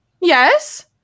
Yes